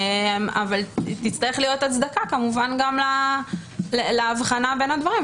אבל תצטרך להיות הצדקה כמובן גם להבחנה בין הדברים.